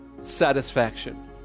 satisfaction